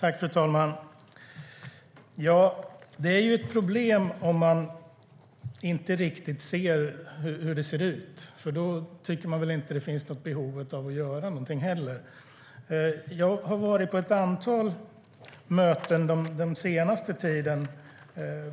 Fru talman! Det är ett problem om man inte riktigt ser hur det ser ut. Då tycker man väl inte att det finns behov av att göra något heller. Jag har varit på ett antal möten den senaste tiden.